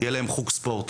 יהיה להם חוג ספורט.